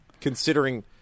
considering